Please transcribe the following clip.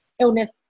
illness